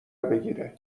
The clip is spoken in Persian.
بگیره